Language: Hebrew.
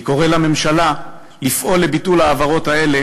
אני קורא לממשלה לפעול לביטול ההעברות האלה